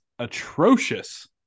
atrocious